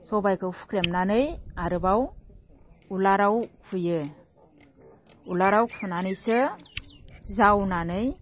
सबायखौ हुख्रेमनानै आरोबाव उरालाव फुयो उरालाव फुनानैसो जावनानै